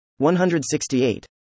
168